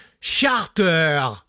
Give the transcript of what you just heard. charter